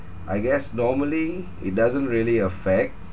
I guess normally it doesn't really affect